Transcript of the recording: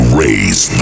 raise